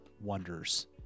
wonders